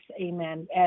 amen